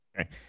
Okay